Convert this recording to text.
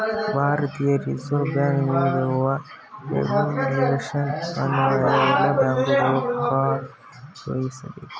ಭಾರತೀಯ Reserve Bank ನೀಡುವ regulation ಅನ್ವಯ ಎಲ್ಲ ಬ್ಯಾಂಕುಗಳು ಕಾರ್ಯನಿರ್ವಹಿಸಬೇಕು